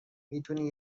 میتونی